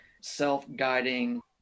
self-guiding